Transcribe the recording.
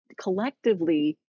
collectively